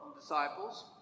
disciples